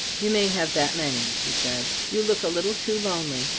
you may have that many, she said. you look a little too lonely,